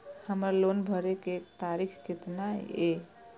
हमर लोन भरे के तारीख केतना ये?